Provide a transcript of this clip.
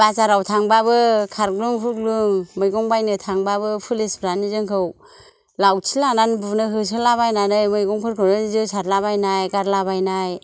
बाजाराव थांबाबो खारग्लुं खुरग्लुं मैगं बायनो थांबाबो पुलिसफ्रानो जोंखौ लावथि लानानै बुनो होसोला बायनानै मैगंफोरखौनो जोसारला बायनाय गारला बायनाय